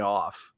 off